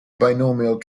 binomial